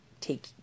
take